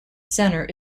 centre